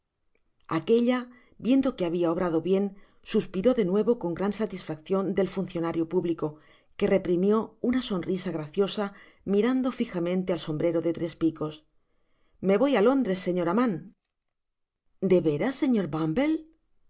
aquella viendo que habia obrado bien suspiró de nuevo con gran satisfaccion del funcionario público que reprimió una sonrisa graciosa mirando fijamente al sombrero de tres picos me voy á londres señora mann